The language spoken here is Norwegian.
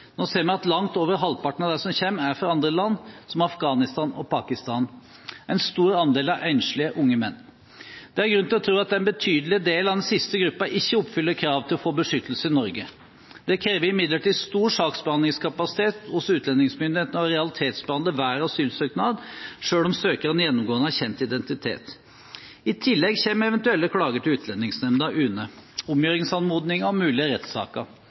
Nå ser vi at langt over halvparten av dem som kommer, er fra andre land, som Afghanistan og Pakistan. En stor andel er enslige unge menn. Det er grunn til å tro at en betydelig del av den siste gruppen ikke oppfyller krav til å få beskyttelse i Norge. Det krever imidlertid stor saksbehandlingskapasitet hos utlendingsmyndighetene å realitetsbehandle hver asylsøknad, selv om søkerne gjennomgående har kjent identitet. I tillegg kommer eventuelle klager til utlendingsnemnda, UNE – omgjøringsanmodninger og mulige rettssaker.